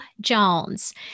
Jones